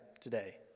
today